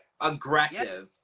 aggressive